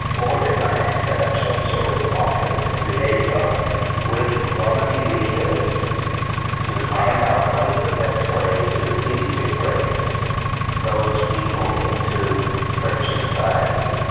organise, set up some sort of office liaison with romani leaders to find out what is the best way to integrate those people into french society,